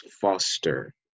foster